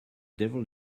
devil